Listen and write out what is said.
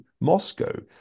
moscow